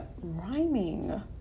rhyming